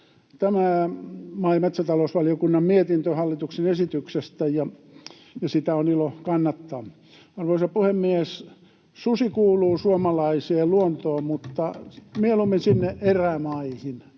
tämä maa- ja metsätalousvaliokunnan mietintö hallituksen esityksestä, ja sitä on ilo kannattaa. Arvoisa puhemies! Susi kuuluu suomalaiseen luontoon mutta mieluummin sinne erämaihin.